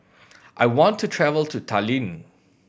I want to travel to Tallinn